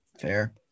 Fair